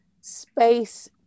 space